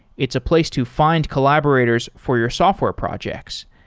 it's a place to find collaborators for your software projects.